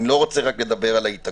אבל אני לא רוצה לדבר על ההתעקשות